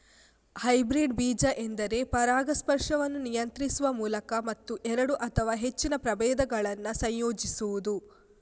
hybrid ಬೀಜ ಎಂದರೆ ಪರಾಗಸ್ಪರ್ಶವನ್ನು ನಿಯಂತ್ರಿಸುವ ಮೂಲಕ ಮತ್ತು ಎರಡು ಅಥವಾ ಹೆಚ್ಚಿನ ಪ್ರಭೇದಗಳನ್ನ ಸಂಯೋಜಿಸುದು